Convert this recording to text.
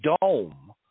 dome